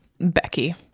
Becky